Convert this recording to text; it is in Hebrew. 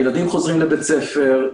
הילדים חוזרים לבית ספר,